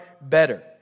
better